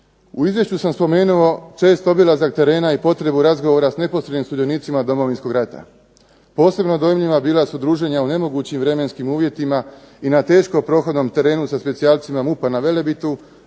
U izvješću sam spomenuo čest obilazak terena i potrebu razgovara s neposrednim sudionicima Domovinskog rata. Posebna dojmljiva bila su druženja u nemogućim vremenskim uvjetima i na teško prohodnom terenu sa specijalcima MUP-a na Velebitu